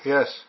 Yes